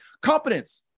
competence